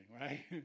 right